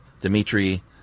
Dmitry